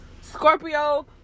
Scorpio